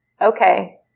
okay